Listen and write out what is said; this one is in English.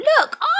look